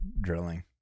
drilling